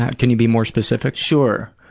ah can you be more specific? sure.